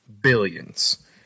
billions